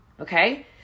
okay